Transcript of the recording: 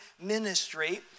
ministry